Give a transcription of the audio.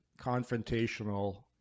confrontational